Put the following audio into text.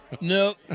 Nope